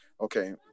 okay